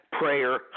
prayer